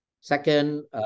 Second